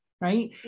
right